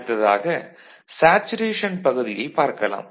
அடுத்ததாக சேச்சுரேஷன் பகுதியைப் பார்க்கலாம்